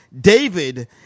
David